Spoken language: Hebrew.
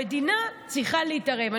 המדינה צריכה להתערב.